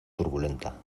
turbulenta